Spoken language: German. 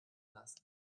lassen